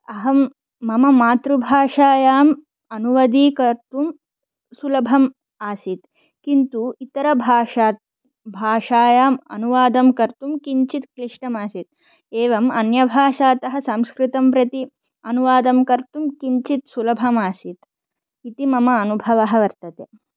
अहं मम मातृभाषायाम् अनुवदीकर्तुं सुलभम् आसीत् किन्तु इतरभाषात् भाषायाम् अनुवादं कर्तुं किञ्चिद् क्लिष्टम् आसीत् एवम् अन्यभाषातः संस्कृतं प्रति अनुवादं कर्तुं किञ्चिद् सुलभम् आसीत् इति मम अनुभवः वर्तते